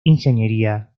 ingeniería